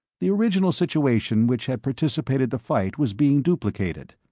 the original situation which had precipitated the fight was being duplicated.